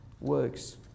works